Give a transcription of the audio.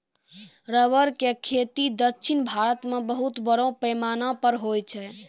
rubber के खेती दक्षिण भारत मॅ बहुत बड़ो पैमाना पर होय छै